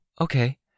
okay